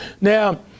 Now